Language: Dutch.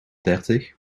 dertig